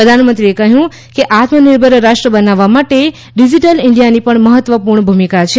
પ્રધાનમંત્રીએ કહ્યું કે આત્મનિર્ભર રાષ્ટ્ર બનાવવા માટે ડીજીટલ ઇન્ડીયાની પણ મહત્વપૂર્ણ ભૂમિકા છે